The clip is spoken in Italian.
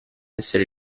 essere